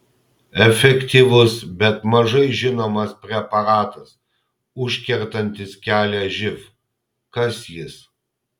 efektyvus bet mažai žinomas preparatas užkertantis kelią živ kas jis